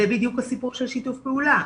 זה בדיוק הסיפור של שיתוף פעולה,